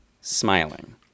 smiling